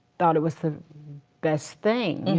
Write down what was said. thought it was the best thing.